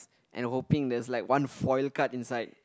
and hoping there's like one foil card inside